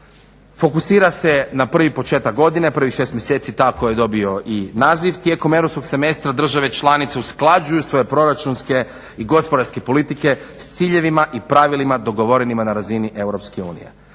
fokusira se na prvi početak godine, prvih 6 mjeseci, tako je dobio i naziv. Tijekom europskog semestra države članice usklađuju svoje proračunske i gospodarske politike s ciljevima i pravilima dogovorenima na razini EU.